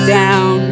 down